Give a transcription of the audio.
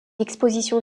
exposition